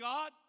God